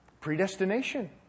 predestination